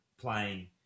playing